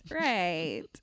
Right